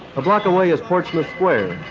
a block away is portsmouth square,